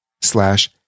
slash